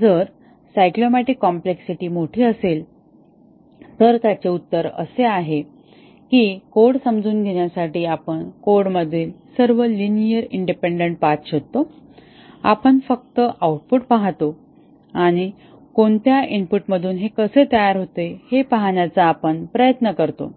जर cyclomatic complexity मोठी असेल तर त्याचे उत्तर असे आहे की कोड समजून घेण्यासाठी आपण कोडमधील सर्व लिनिअर इंडिपेंडन्ट पाथ शोधतो आपण फक्त आउटपुट पाहतो आणि कोणत्या इनपुटमधून हे कसे तयार होते हे पाहण्याचा आपण प्रयत्न करतो